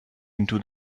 into